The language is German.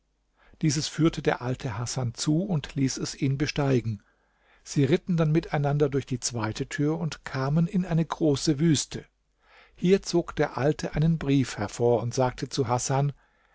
dieses führte der alte hasan zu und ließ es ihn besteigen sie ritten dann miteinander durch die zweite tür und kamen in eine große wüste hier zog der alte einen brief hervor und sagte zu hasan